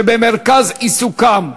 שעומדים במרכז עיסוקם.